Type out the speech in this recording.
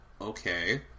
okay